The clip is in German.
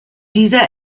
dieser